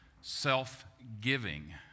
self-giving